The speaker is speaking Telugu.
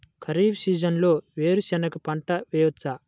ఖరీఫ్ సీజన్లో వేరు శెనగ పంట వేయచ్చా?